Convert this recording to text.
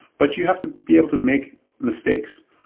but you have to be able to make mistakes.